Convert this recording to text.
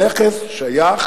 הנכס שייך